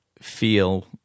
feel